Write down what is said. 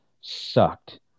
sucked